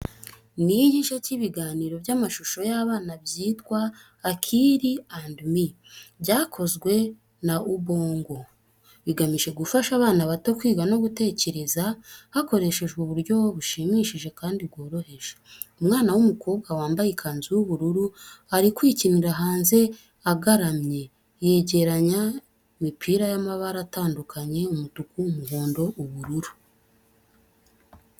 Ni iy'igice cy'ibiganiro by'amashusho y'abana byitwa "Akili and Me," byakozwe na Ubongo. Bigamije gufasha abana bato kwiga no gutekereza hakoreshejwe uburyo bushimishije kandi bworoheje. Umwana w’umukobwa wambaye ikanzu y’ubururu ari kwikinira hanze agaramye yegeranya imipira y’amabara atandukanye umutuku, umuhondo, ubururu.